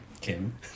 Kim